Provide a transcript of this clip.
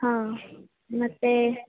ಹಾಂ ಮತ್ತೆ